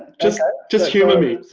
just just humour me.